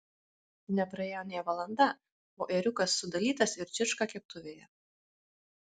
nepraėjo nė valanda o ėriukas sudalytas ir čirška keptuvėje